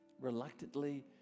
Reluctantly